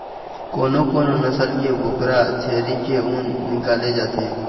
कोनो कोनो नसल के बोकरा छेरी के ऊन निकाले जाथे